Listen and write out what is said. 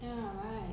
ya